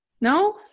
No